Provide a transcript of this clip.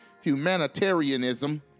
humanitarianism